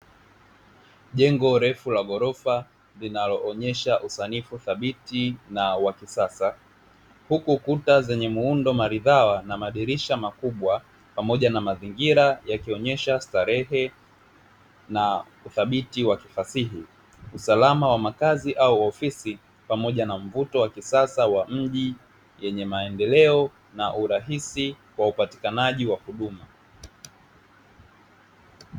Jengo refu la ghorofa linaloonyesha usanifu thabiti na wa kisasa. Huku kuta zenye muundo maridhawa na madirisha makubwa pamoja na mazingira yalionyesha starehe na uthabiti wa kifasihi, usalama wa makazi au ofisi pamoja na mvuto wa kisasa wa mji yenye maendeleo na urahisi kwa upatikanaji wa huduma.